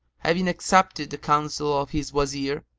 having accepted the counsel of his wazir,